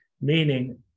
Meaning